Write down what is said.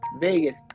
Vegas